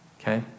Okay